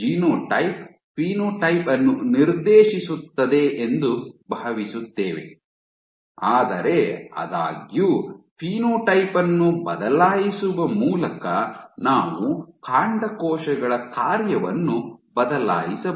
genotype phenotype ಅನ್ನು ನಿರ್ದೇಶಿಸುತ್ತದೆ ಎಂದು ಭಾವಿಸುತ್ತೇವೆ ಆದರೆ ಆದಾಗ್ಯೂ ಫಿನೋಟೈಪ್ ಅನ್ನು ಬದಲಾಯಿಸುವ ಮೂಲಕ ನಾವು ಕಾಂಡಕೋಶಗಳ ಕಾರ್ಯವನ್ನು ಬದಲಾಯಿಸಬಹುದು